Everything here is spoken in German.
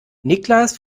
niklas